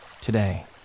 today